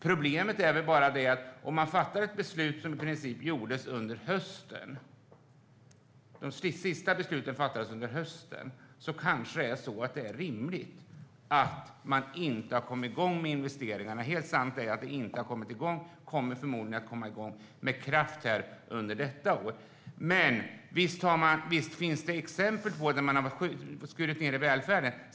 Problemet är väl att om man fattar ett beslut i princip under hösten - de sista besluten fattades under hösten - kanske det är rimligt att man inte har kommit igång med investeringarna. Helt sant är att det inte har kommit igång. Det kommer förmodligen igång med kraft under detta år. Visst finns det exempel på att man har skurit ned i välfärden.